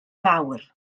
fawr